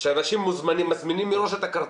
אנשים מזמינים מראש את הכרטיסים,